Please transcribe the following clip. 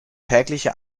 tägliche